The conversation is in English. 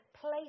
place